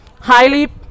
highly